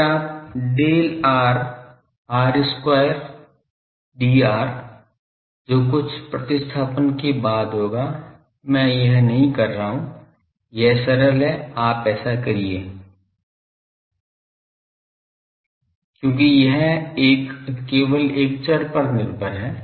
फिर del r r square dr जो कुछ प्रतिस्थापन के बाद होगा मैं यह नहीं कर रहा हूं यह सरल है आप ऐसा करिये क्योंकि यह एक केवल एक चर पर निर्भर है